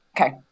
Okay